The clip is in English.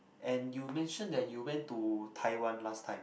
and you mention that you went to Taiwan last time